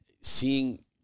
seeing